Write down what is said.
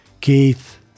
Keith